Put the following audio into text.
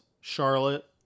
Charlotte